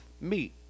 meat